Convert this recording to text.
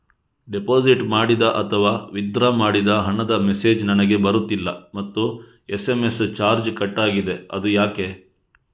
Deposit ಮಾಡಿದ ಅಥವಾ withdraw ಮಾಡಿದ ಹಣದ ಮೆಸೇಜ್ ನನಗೆ ಬರುತ್ತಿಲ್ಲ ಮತ್ತು ಎಸ್.ಎಂ.ಎಸ್ ಚಾರ್ಜ್ ಕಟ್ಟಾಗಿದೆ ಅದು ಯಾಕೆ?